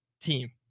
team